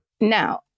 Now